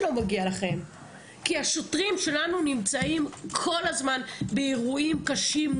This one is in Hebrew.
כי השוטרים שלנו נמצאים כל הזמן באירועים קשים,